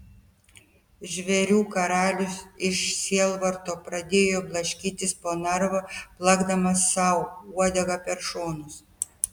žvėrių karalius iš sielvarto pradėjo blaškytis po narvą plakdamas sau uodega per šonus